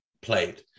played